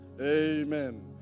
Amen